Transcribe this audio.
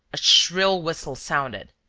a shrill whistle sounded.